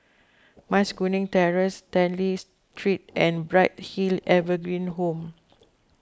Mas Kuning Terrace Stanley Street and Bright Hill Evergreen Home